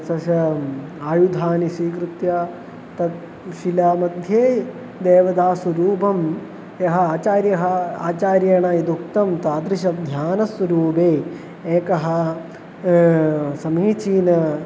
तस्य आयुधानि स्वीकृत्य तत् शिलामध्ये देवतास्वरूपं यः आचार्यः आचार्येण यदुक्तं तादृशध्यानस्वरूपे एकः समीचीनं